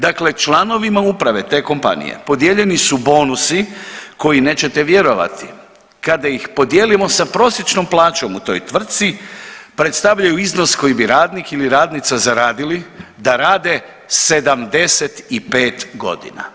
Dakle, članovima uprave te kompanije podijeljeni su bonusi koji neće vjerovati kada ih podijelimo sa prosječnom plaćom u toj tvrtci predstavljaju iznos koji bi radnik ili radnica zaradili da rade 75 godina.